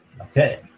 Okay